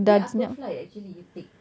ni apa flight actually you take